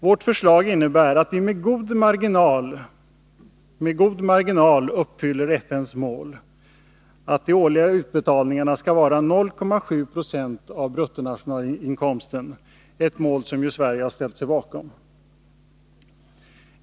Vårt förslag innebär att vi, med god marginal, uppfyller FN:s mål att de årliga utbetalningarna skall vara 0,7 96 av BNI, ett mål som Sverige har ställt sig bakom.